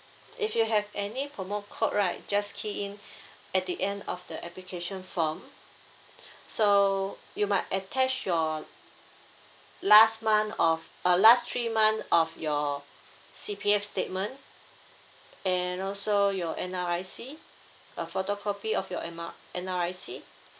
if you have any promo code right just key in at the end of the application form so you might attach your last month of uh last three month of your C_P_F statement and also your N_R_I_C a photocopy of your M R N_R_I_C